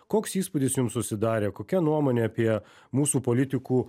koks įspūdis jums susidarė kokia nuomonė apie mūsų politikų